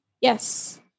Yes